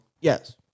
Yes